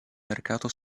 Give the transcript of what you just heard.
mercato